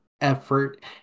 effort